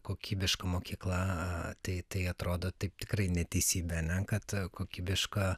kokybiška mokykla tai tai atrodo taip tikrai neteisybė ane kad kokybiška